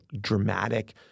dramatic